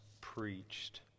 preached